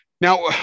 Now